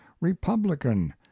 republican